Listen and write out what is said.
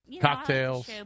cocktails